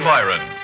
Byron